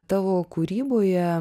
tavo kūryboje